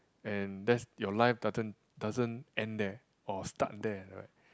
and that's your life doesn't doesn't end there or start there right